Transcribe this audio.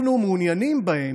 אנחנו מעוניינים בהם.